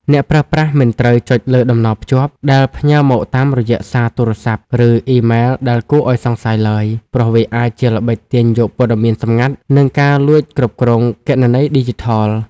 អ្នកប្រើប្រាស់មិនត្រូវចុចលើតំណភ្ជាប់ ដែលផ្ញើមកតាមរយៈសារទូរស័ព្ទ ឬអ៊ីមែលដែលគួរឱ្យសង្ស័យឡើយ ព្រោះវាអាចជាល្បិចទាញយកព័ត៌មានសម្ងាត់ ឬការលួចគ្រប់គ្រងគណនីឌីជីថល។